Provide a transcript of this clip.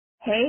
Hey